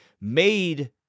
made